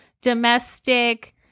domestic